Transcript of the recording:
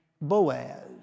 Boaz